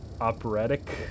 operatic